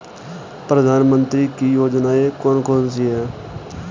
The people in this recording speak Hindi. प्रधानमंत्री की योजनाएं कौन कौन सी हैं?